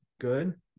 good